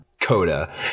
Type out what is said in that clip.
Coda